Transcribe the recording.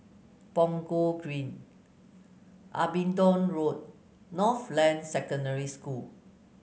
Punggol Green Abingdon Road Northland Secondary School